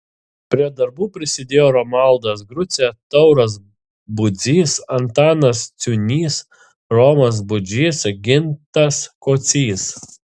prie darbų prisidėjo romualdas grucė tauras budzys antanas ciūnys romas budžys gintas kocys